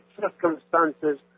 circumstances